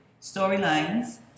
storylines